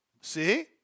See